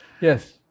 Yes